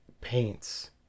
paints